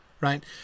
right